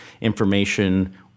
information